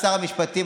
שר המשפטים,